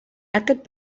aquest